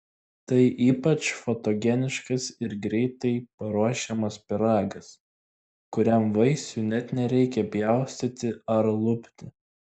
tai ypač fotogeniškas ir greitai paruošiamas pyragas kuriam vaisių net nereikia pjaustyti ar lupti